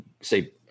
say